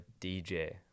DJ